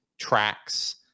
tracks